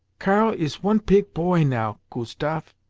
karl is one pig poy now, kustaf.